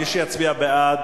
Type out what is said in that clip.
מי שיצביע בעד,